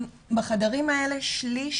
בחדרים האלה שליש